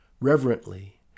Reverently